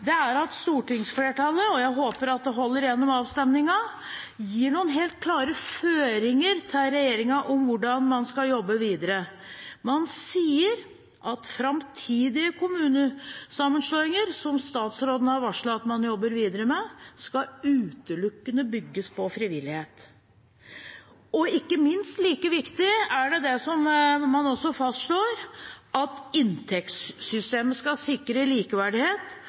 dag, er at stortingsflertallet – og jeg håper at det holder gjennom avstemningen – gir noen helt klare føringer til regjeringen om hvordan man skal jobbe videre. Man sier at framtidige kommunesammenslåinger, som statsråden har varslet at man jobber videre med, utelukkende skal bygges på frivillighet. Og ikke minst: Like viktig er det som man også fastslår, at inntektssystemet skal sikre likeverdighet,